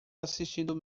assistindo